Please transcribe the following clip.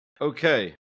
Okay